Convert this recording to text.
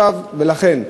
ולכן,